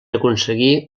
aconseguir